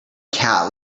cat